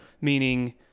meaning